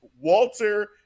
Walter